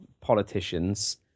politicians